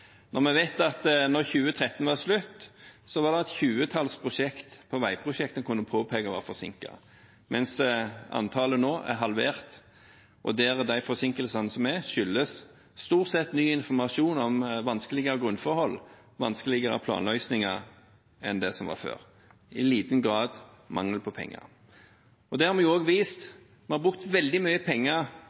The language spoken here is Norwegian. når vi vet at da 2013 var slutt, var det et tjuetall veiprosjekter en kunne påpeke var forsinket, mens antallet nå er halvert og de forsinkelsene som er, stort sett skyldes ny informasjon om vanskeligere grunnforhold og vanskeligere planløsninger enn det som var før, i liten grad mangel på penger. Det har vi også vist – vi har brukt veldig mye penger,